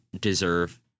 deserve